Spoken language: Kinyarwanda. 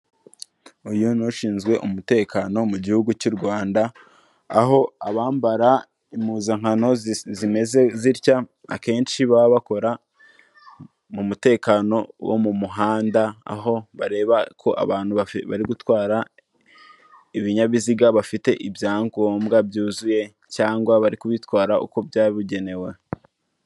Uyu ni ushinzwe umutekano mu gihugu cy'u Rwanda, aho abambara impuzankano zimeze zitya akenshi baba bakora mu mutekano wo mu muhanda, aho bareba ko abantu bari gutwara ibinyabiziga bafite ibyangombwa byuzuye cyangwa bari kubitwara uko byabugenewe.